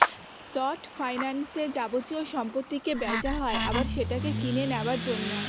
short ফাইন্যান্সে যাবতীয় সম্পত্তিকে বেচা হয় আবার সেটাকে কিনে নেওয়ার জন্য